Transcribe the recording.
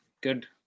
good